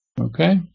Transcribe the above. Okay